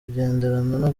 gusabana